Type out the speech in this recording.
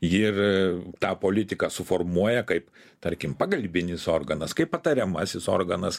ir tą politiką suformuoja kaip tarkim pagalbinis organas kaip patariamasis organas